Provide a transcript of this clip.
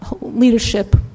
leadership